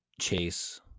chase